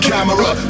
Camera